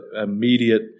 immediate